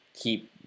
keep